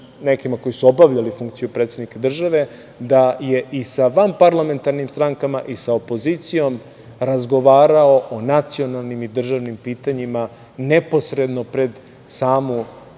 nekima koji su obavljali funkciju predsednika države, da je i sa vanparlamentarnim strankama i sa opozicijom razgovarao o nacionalnim i državnim pitanjima neposredno pred samu